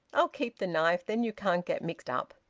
i'll keep the knife. then you can't get mixed up.